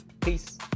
Peace